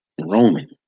Roman